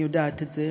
אני יודעת את זה.